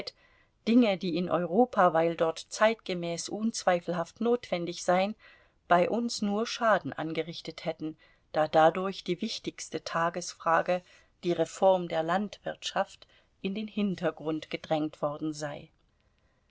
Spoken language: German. dinge die in europa weil dort zeitgemäß unzweifelhaft notwendig seien bei uns nur schaden angerichtet hätten da dadurch die wichtigste tagesfrage die reform der landwirtschaft in den hintergrund gedrängt worden sei